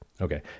Okay